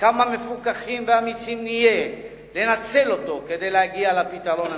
וכמה מפוכחים ואמיצים נהיה לנצל אותו כדי להגיע לפתרון המיוחל?